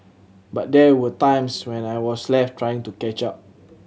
but there were times when I was left trying to catch up